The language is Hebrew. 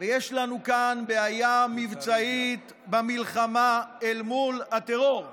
ויש לנו כאן בעיה מבצעית במלחמה אל מול הטרור.